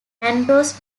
andros